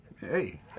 Hey